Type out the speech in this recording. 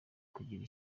kugirira